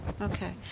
okay